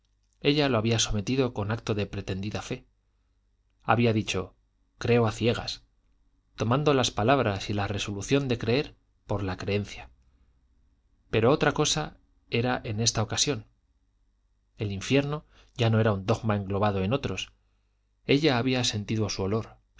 ella lo había sometido con acto de pretendida fe había dicho creo a ciegas tomando las palabras y la resolución de creer por la creencia pero otra cosa era en esta ocasión el infierno ya no era un dogma englobado en otros ella había sentido su olor